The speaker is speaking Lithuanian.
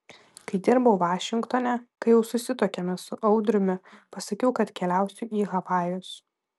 kai dirbau vašingtone kai jau susituokėme su audriumi pasakiau kad keliausiu į havajus